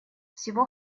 всего